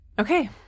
Okay